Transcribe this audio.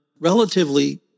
relatively